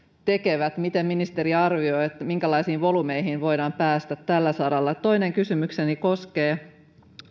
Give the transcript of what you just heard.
tekevät miten ministeri arvioi minkälaisiin volyymeihin voidaan päästä tällä saralla toinen kysymykseni koskee